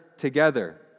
Together